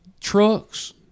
Trucks